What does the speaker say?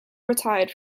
retired